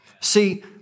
See